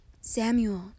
Samuel